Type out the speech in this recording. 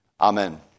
Amen